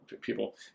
People